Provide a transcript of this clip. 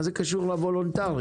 מה זה קשור לוולונטרי?